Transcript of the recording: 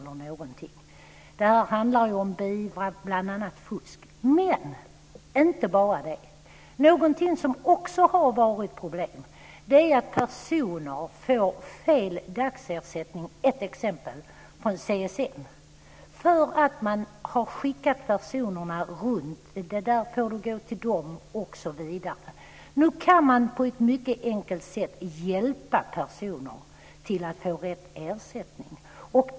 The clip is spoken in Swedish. Det här handlar ju om att beivra bl.a. fusk - men inte bara det. Någonting som också har varit ett problem är att personer får fel dagersättning, t.ex. från CSN, därför att man har skickat dem runt - det här får du gå till dem med osv. Nu kan man på ett mycket enkelt sätt hjälpa personer att få rätt ersättning.